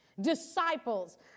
disciples